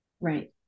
Right